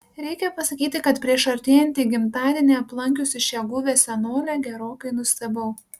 reikia pasakyti kad prieš artėjantį gimtadienį aplankiusi šią guvią senolę gerokai nustebau